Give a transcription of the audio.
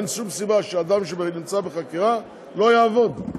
אין שום סיבה שאדם שנמצא בחקירה לא יעבוד,